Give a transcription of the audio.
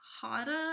harder